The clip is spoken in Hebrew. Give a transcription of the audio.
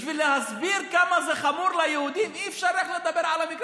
כדי להסביר כמה זה חמור ליהודים אי-אפשר רק לדבר על זה.